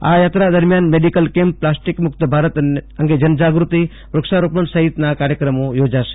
આ યાત્રા દેરમિયોન મેડીકલ કેમ્પ પ્લાસ્ટિક મુક્ત ભારત અંગે જનજાગૃતિ વુક્ષારોપણ અને દેશભક્તિના કાર્યક્રમો યોજાશે